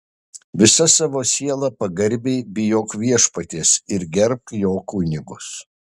visa savo siela pagarbiai bijok viešpaties ir gerbk jo kunigus